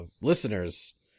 listeners